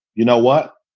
you know what,